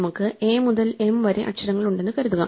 നമുക്ക് a മുതൽ m വരെ അക്ഷരങ്ങളുണ്ടെന്ന് കരുതുക